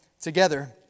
together